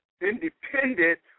independent